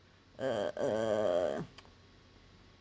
uh uh